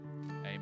amen